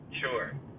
Sure